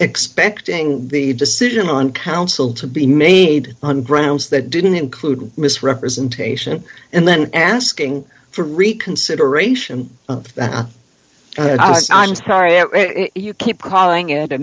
expecting the decision on counsel to be made on grounds that didn't include misrepresentation and then asking for reconsideration i'm sorry you keep calling it a